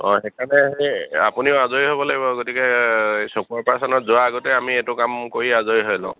অঁ সেইকাৰণে সেই আপুনিও আজৰি হ'ব লাগিব গতিকে এই চকুৰ অপাৰেশ্যনত যোৱাৰ আগতে আমি এইটো কাম কৰি আজৰি হৈ লওঁ